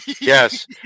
Yes